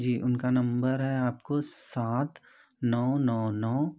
जी उनका नंबर है आपको सात नौ नौ नौ